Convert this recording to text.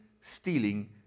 stealing